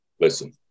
Listen